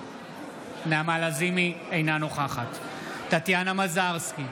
אינה נוכחת טטיאנה מזרסקי,